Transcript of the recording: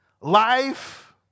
life